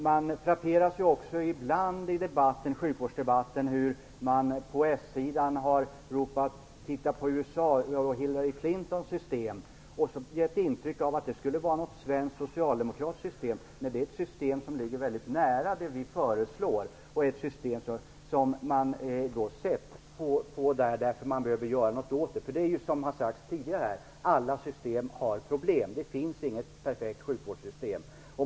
Jag frapperas också ibland i sjukvårdsdebatten av hur man på s-sidan har ropat: Titta på USA och Hillary Clintons system! - och gett intryck av att det skulle vara något svenskt socialdemokratiskt system. Det är ett system som ligger väldigt nära det som vi Moderater föreslår och som man sett på därför att man behöver göra någonting åt sitt system. Det är som det tidigare har sagts här i dag: Alla system har problem. Det finns inget perfekt sjukvårdssystem.